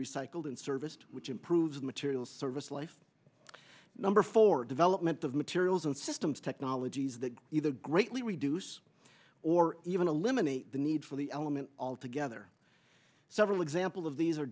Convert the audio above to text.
recycled and serviced which improves the material service life number for development of materials and systems technologies that either greatly reduce or even eliminate the need for the element all together several examples of these are